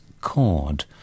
cord